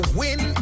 win